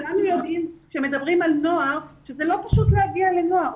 יודעים שמדברים על נוער, שזה לא פשוט להגיע לנוער.